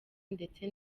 ndetse